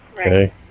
okay